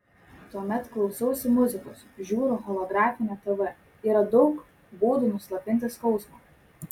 tuomet klausausi muzikos žiūriu holografinę tv yra daug būdų nuslopinti skausmą